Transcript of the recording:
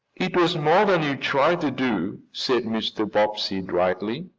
it was more than you tried to do, said mr. bobbsey dryly.